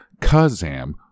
Kazam